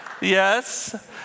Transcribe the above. yes